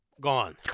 gone